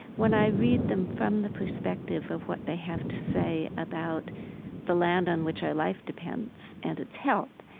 when i read them from the perspective of what they have to say about the land on which our life depends and its health,